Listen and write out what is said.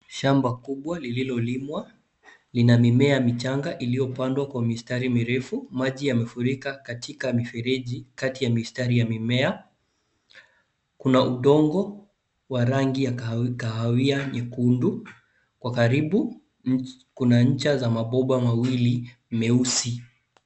Shamba kubwa lililolimwa lina mimea michanga iliyopandwa kwa mistari mirefu maji yamefurika katika mifereji kati ya mistari ya mimea kuna udongo wa rangi ya kahawia nyekundu kwa karibu na ncha za mabomba mawili meusi.